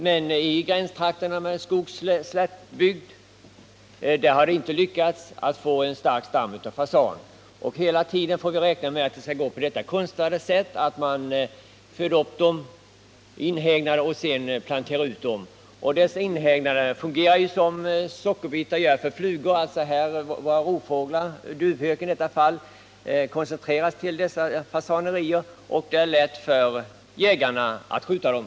Men i gränstrakterna mellan skogsoch slättbygd har man inte lyckats få en stark fasanstam. Hela tiden måste vi räkna med detta konstlade förfarande. Först föder man upp fåglarna i inhägnader och sedan släpper man ut dem. Dessa inhägnader fungerar ju som sockerbitar för flugor. Här har rovfågeln — i detta fall duvhöken — koncentrerats till dessa inhägnader, där det ärlätt för jägarna att skjuta dem.